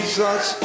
Jesus